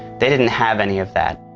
they didn't have any of that.